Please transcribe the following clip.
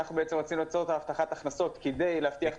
כשאנחנו בעצם רוצים --- על הבטחת הכנסות כדי להבטיח את